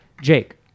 Jake